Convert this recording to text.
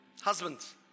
Husbands